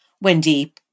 Wendy